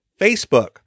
Facebook